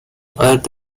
were